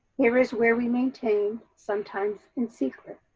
here is where we maintain sometimes in secret,